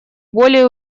более